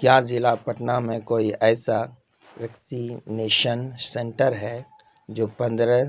کیا ضلع پٹنہ میں کوئی ایسا ویکسینیشن سنٹر ہے جو پندرہ